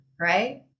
right